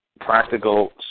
practical